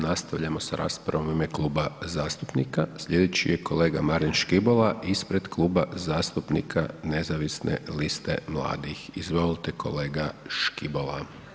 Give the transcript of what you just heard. Nastavljamo s raspravom u ime kluba zastupnika, slijedeći je kolega Marin Škibola ispred Kluba zastupnika Nezavisne liste mladih, izvolite kolege Škibola.